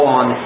on